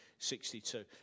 62